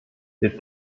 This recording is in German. wir